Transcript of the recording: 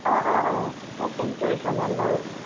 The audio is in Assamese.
অঁ অঁ অঁ মই মই ফোন কৰি জনাম বাৰু